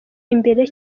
imbere